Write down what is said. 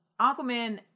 Aquaman